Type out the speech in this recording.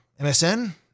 MSN